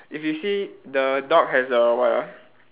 if you see the dog has a what ah